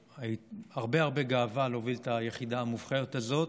הרבה הרבה גאווה להוביל את היחידה המובחרת הזאת.